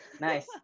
Nice